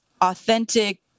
authentic